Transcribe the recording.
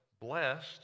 blessed